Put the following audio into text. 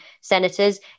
senators